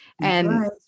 And-